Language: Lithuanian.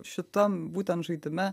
šitam būtent žaidime